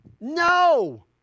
no